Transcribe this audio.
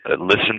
listen